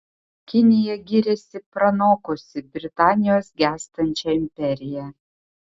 kinija giriasi pranokusi britanijos gęstančią imperiją